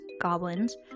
goblins